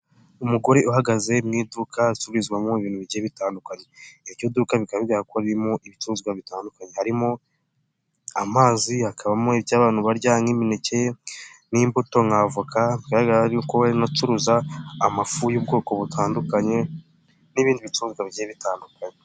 Umugore uhagaze mu iduka ricururizwamo ibintu bigiye bitandukanye, iryo duka rikaba bigaragara ko ririmo ibicuruzwa bitandukanye harimo amazi, hakabamo iby'abantu barya nk'imineke n'imbuto nk'avoka, bigaragara y'uko banacuruza amafu y'ubwoko butandukanye n'ibindi bicuruzwa bigiye bitandukanye.